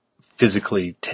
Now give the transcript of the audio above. physically